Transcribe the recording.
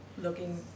looking